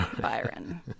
Byron